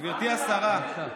גברתי השרה, אדוני היושב-ראש,